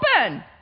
open